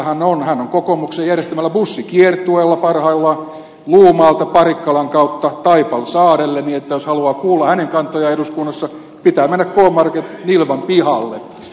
hän on kokoomuksen järjestämällä bussikiertueella parhaillaan luumaalta parikkalan kautta taipalsaarelle niin että jos haluaa kuulla hänen kantojaan eduskunnassa pitää mennä k market niivan pihalle